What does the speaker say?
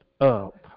up